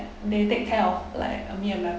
they take care of like uh me and my